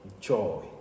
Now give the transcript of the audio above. joy